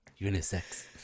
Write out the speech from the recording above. unisex